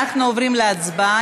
אנחנו עוברים להצבעה.